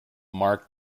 mark